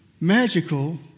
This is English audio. magical